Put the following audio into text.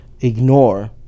ignore